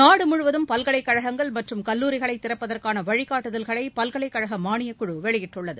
நாடு முழுவதும் பல்கலைக்கழகங்கள் மற்றும் கல்லூரிகளை திறப்பதற்கான வழிகாட்டுதல்களை பல்கலைக்கழக மானியக்குழு வெளியிட்டுள்ளது